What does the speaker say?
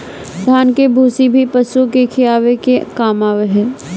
धान के भूसी भी पशु के खियावे के काम आवत हवे